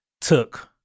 took